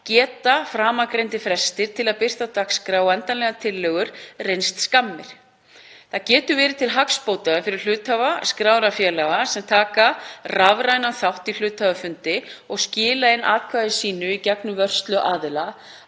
geta framangreindir frestir til að birta dagskrá og endanlegar tillögur reynst skammir. Það getur verið til hagsbóta fyrir hluthafa skráðra félaga sem taka rafrænan þátt í hluthafafundi og skila inn atkvæði sínu í gegnum vörsluaðila